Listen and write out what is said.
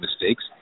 mistakes